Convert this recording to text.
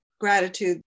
gratitude